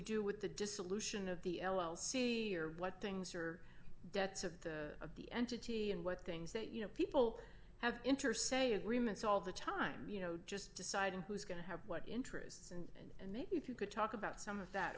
do with the dissolution of the l l c or what things are debts of the of the entity and what things that you know people have interest say agreements all the time you know just deciding who's going to have what interests and and then if you could talk about some of that